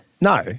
No